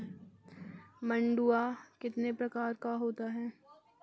मंडुआ कितने प्रकार का होता है?